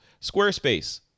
Squarespace